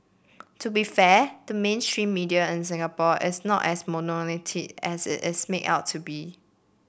to be fair the mainstream media in Singapore is not as monolithic as it's made out to be